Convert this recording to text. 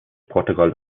protokoll